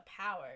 power